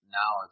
now